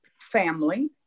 family